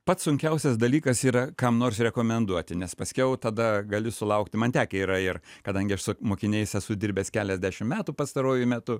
pats sunkiausias dalykas yra kam nors rekomenduoti nes paskiau tada gali sulaukti man tekę yra ir kadangi aš su mokiniais esu dirbęs keliasdešimt metų pastaruoju metu